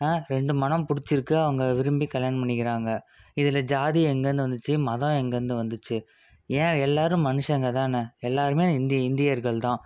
ஆ ரெண்டு மனம் பிடிச்சிருக்கு அவங்க விரும்பி கல்யாணம் பண்ணிக்கிறாங்க இதில் ஜாதி எங்கேருந்து வந்துச்சி மதம் எங்கேருந்து வந்துச்சி ஏன் எல்லோரும் மனுஷங்க தான் எல்லோருமே இந்தி இந்தியர்கள் தான்